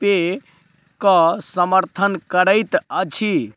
पे कऽ समर्थन करैत अछि